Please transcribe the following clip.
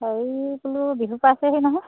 হেৰি বোলো বিহু পাইছেহি নহয়